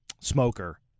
smoker